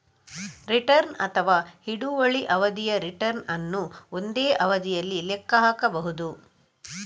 return ಅಥವಾ ಹಿಡುವಳಿ ಅವಧಿಯ ರಿಟರ್ನ್ ಅನ್ನು ಒಂದೇ ಅವಧಿಯಲ್ಲಿ ಲೆಕ್ಕ ಹಾಕಬಹುದು